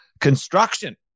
construction